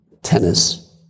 Tennis